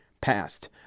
passed